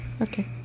Okay